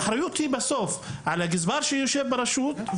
והאחריות נופלת בסוף על הגזבר שיושב ברשות.